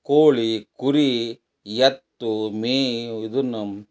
ಕೋಳಿ ಕುರಿ ಎತ್ತು ಮೇ ಇದನ್ನು